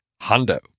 hondo